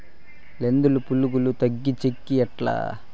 లద్దె పులుగులు తగ్గించేకి ఎట్లా?